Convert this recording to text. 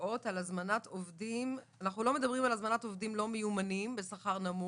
אנחנו לא מדברים על הזמנת עובדים לא מיומנים בשכר נמוך,